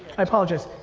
i apologize.